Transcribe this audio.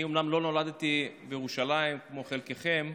אני אומנם לא נולדתי בירושלים כמו חלקכם,